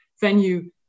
venue